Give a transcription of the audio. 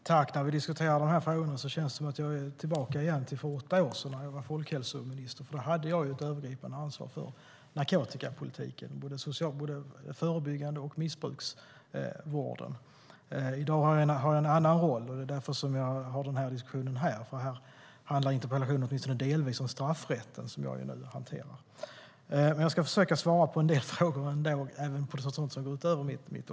Herr talman! När vi diskuterar dessa frågor känns det som om jag är tillbaka till den tiden för åtta år sedan då jag var folkhälsominister. Då hade jag ett övergripande ansvar för narkotikapolitiken, både det förebyggande arbetet och missbruksvården. I dag har jag en annan roll, och det är därför som jag har den här diskussionen. Den här interpellationen handlar åtminstone delvis om straffrätten, som jag nu hanterar. Men jag ska försöka svara på även en del frågor som handlar om sådant som går utanför mitt område.